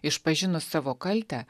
išpažinus savo kaltę